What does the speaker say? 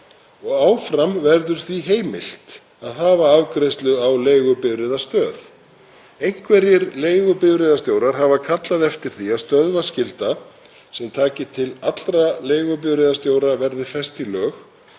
og áfram verður því heimilt að hafa afgreiðslu á leigubifreiðastöð. Einhverjir leigubifreiðastjórar hafa kallað eftir því að stöðvaskylda sem taki til allra leigubifreiðastjóra verði fest